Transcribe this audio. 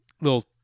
little